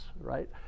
right